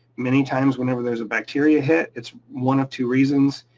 many times whenever there's a bacteria hit, it's one of two reasons.